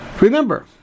Remember